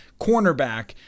cornerback